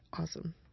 awesome